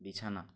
বিছানা